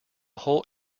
whole